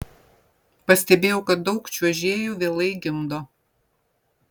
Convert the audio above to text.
pastebėjau kad daug čiuožėjų vėlai gimdo